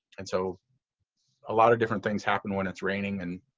and so a lot of different things happen when it's raining and